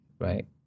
right